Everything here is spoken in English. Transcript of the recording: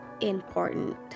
important